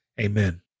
Amen